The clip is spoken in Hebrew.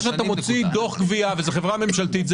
כאשר אתה מוציא דוח גבייה וזה חברה ממשלתית,